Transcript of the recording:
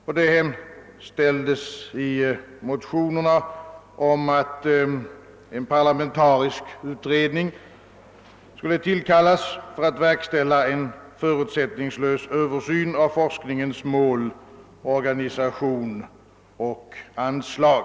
Det hemställdes i motionerna om att en parlamentarisk utredning skulle tillkallas för att verkställa en förutsättningslös översyn av den svenska forskningens och forskningsplaneringens mål, organisation och anslag.